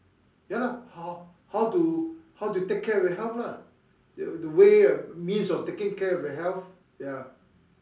ya lah how how to how to take care of your health lah the the way the means of taking care of your health ya